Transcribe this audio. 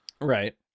Right